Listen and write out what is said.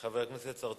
חבר הכנסת צרצור.